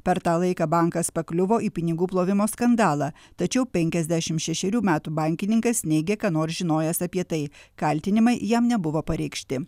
per tą laiką bankas pakliuvo į pinigų plovimo skandalą tačiau penkiasdešim šešerių metų bankininkas neigė ką nors žinojęs apie tai kaltinimai jam nebuvo pareikšti